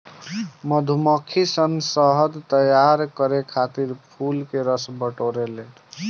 मधुमक्खी सन शहद तैयार करे खातिर फूल के रस बटोरे ले